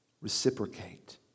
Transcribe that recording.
reciprocate